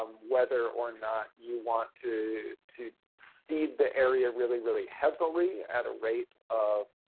um whether or not you want to to seed the area really, really heavily at a rate of,